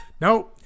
No